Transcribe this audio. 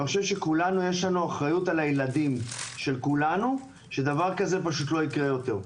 יש לכולנו אחריות על הילדים של כולנו שדבר כזה לא יקרה יותר.